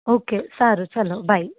okay સારું ચલો by